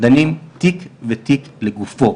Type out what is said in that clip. דנים תיק ותיק לגופו,